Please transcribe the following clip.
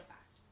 fast